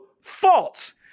false